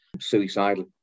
suicidal